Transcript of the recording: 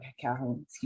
Calhoun